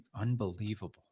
Unbelievable